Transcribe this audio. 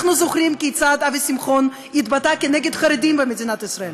אנחנו זוכרים כיצד אבי שמחון התבטא כנגד חרדים במדינת ישראל,